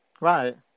Right